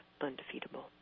undefeatable